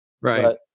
Right